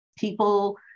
people